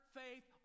faith